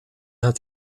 had